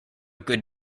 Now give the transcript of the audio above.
good